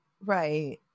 Right